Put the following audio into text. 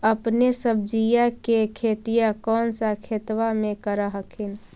अपने सब्जिया के खेतिया कौन सा खेतबा मे कर हखिन?